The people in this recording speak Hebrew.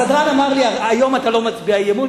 הסדרן אמר לי: היום אתה לא מצביע אי-אמון,